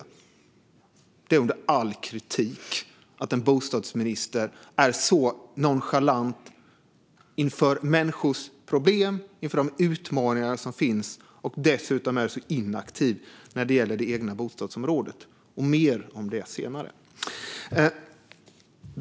Det är under all kritik att en bostadsminister är så nonchalant inför människors problem och inför de utmaningar som finns och att han dessutom är så inaktiv när det gäller det egna bostadsområdet. Mer om detta senare.